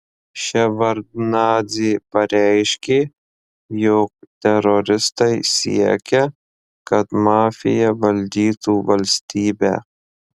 ševardnadzė pareiškė jog teroristai siekia kad mafija valdytų valstybę